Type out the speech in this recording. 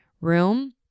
room